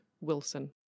Wilson